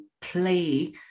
play